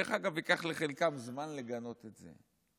דרך אגב, ייקח לחלקם זמן לגנות את זה.